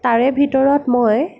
তাৰে ভিতৰত মই